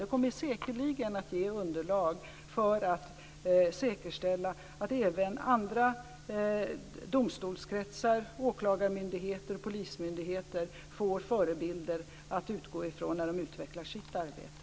Det kommer säkerligen att ge underlag för att säkerställa att även andra domstolskretsar, åklagarmyndigheter och polismyndigheter får förebilder att utgå från när de utvecklar sitt arbete.